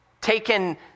taken